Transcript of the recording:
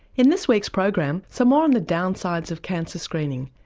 in this week's program some more on the downsides of cancer screening,